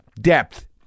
depth